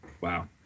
Wow